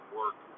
work